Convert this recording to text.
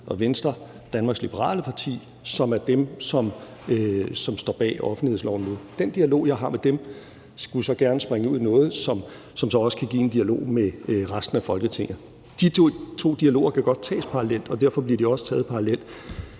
og Venstre, Danmarks Liberale Parti, som er dem, som står bag offentlighedsloven nu. Den dialog, jeg har med dem, skulle så gerne udmønte sig i noget, som så også kan give en dialog med resten af Folketinget. De to dialoger kan godt tages parallelt, og derfor bliver de også taget parallelt.